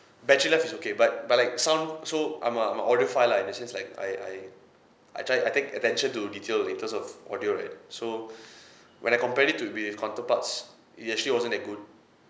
battery life is okay but but like sound so I'm a I'm a audiophile lah in the sense like I I I try I take attention to detail in terms of audio right so when I compared it to be with counterparts it actually wasn't that good